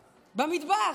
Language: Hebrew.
במטבח.